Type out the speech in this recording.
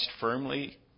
firmly